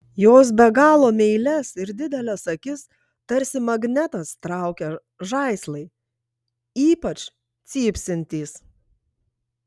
jos be galo meilias ir dideles akis tarsi magnetas traukia žaislai ypač cypsintys